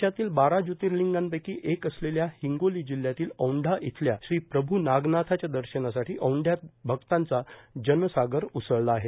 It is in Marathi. देशातील बारा ज्योतिर्लिंगापैकी एक असलेल्या हिंगोली जिल्ह्यातील औंढा येथील श्री प्रभू नागनाथाचे दर्शनासाठी औंढयात भक्तांचा जनसागर उसळला आहे